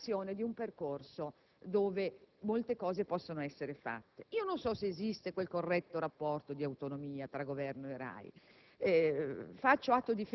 e l'individuazione di un percorso dove molte cose possono essere fatte. Non so se esista quel corretto rapporto di autonomia tra Governo e RAI.